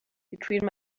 between